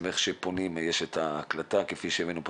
איך שפונים יש את ההקלטה כפי שהבאנו דוגמאות,